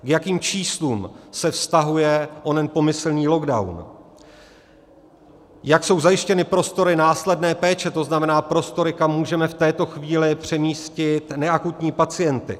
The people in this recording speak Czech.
K jakým číslům se vztahuje onen pomyslný lockdown, jak jsou zajištěny prostory následné péče, to znamená prostory, kam můžeme v této chvíli přemístit neakutní pacienty.